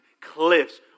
cliffs